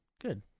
good